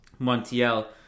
Montiel